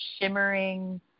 shimmering